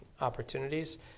opportunities